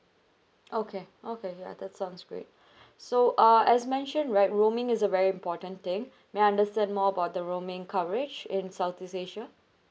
okay okay ya that sounds great so uh as mentioned right roaming is a very important thing may I understand more about the roaming coverage in south east asia